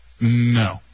No